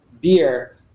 beer